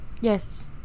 Yes